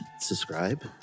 subscribe